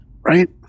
Right